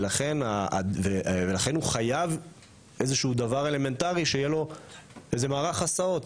לכן הוא חייב איזה דבר אלמנטרי שיהיה לו מערך הסעות.